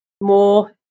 more